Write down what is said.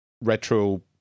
retro